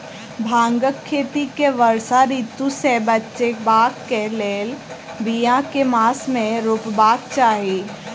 भांगक खेती केँ वर्षा ऋतु सऽ बचेबाक कऽ लेल, बिया केँ मास मे रोपबाक चाहि?